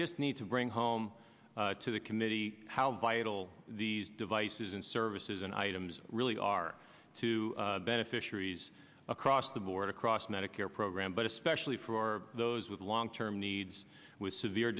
just need to bring home to the committee how vital these devices and services and items really are to beneficiaries across the board across medicare program but especially for those with long term needs with severe